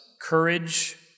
Courage